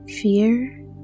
Fear